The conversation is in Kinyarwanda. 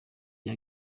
rya